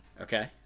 okay